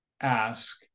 ask